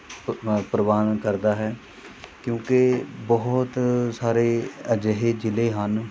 ਪ੍ਰਵਾਨ ਕਰਦਾ ਹੈ ਕਿਉਂਕਿ ਬਹੁਤ ਸਾਰੇ ਅਜਿਹੇ ਜ਼ਿਲ੍ਹੇ ਹਨ